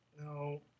No